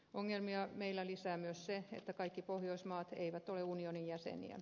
ongelmia meillä lisää myös se että kaikki pohjoismaat eivät ole unionin jäseniä